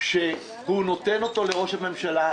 שהוא נותן אותו לראש הממשלה,